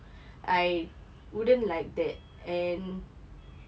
I wouldn't like that and